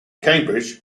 cambridge